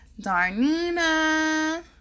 Darnina